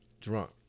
drunk